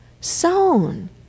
sown